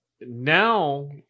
now